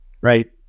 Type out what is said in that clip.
right